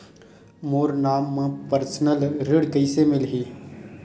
मोर नाम म परसनल ऋण कइसे मिलही?